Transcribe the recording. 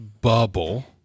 bubble